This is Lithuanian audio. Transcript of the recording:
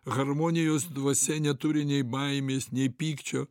harmonijos dvasia neturi nei baimės nei pykčio